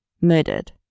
murdered